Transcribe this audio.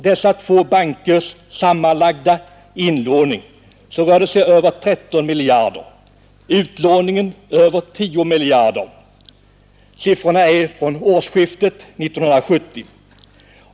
Dessa två bankers sammanlagda inlåning rör sig om mer än 13 miljarder, och utlåningen är över 10 miljarder kronor. Siffrorna är från årsskiftet 1969-1970.